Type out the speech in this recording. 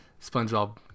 Spongebob